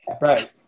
Right